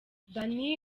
danny